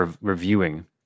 reviewing